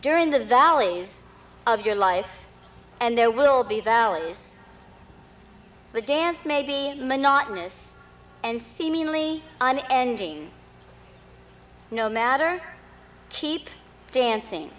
during the valleys of your life and there will be valleys the dance maybe monotonous and seemingly an ending no matter keep dancing